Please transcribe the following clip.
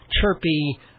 chirpy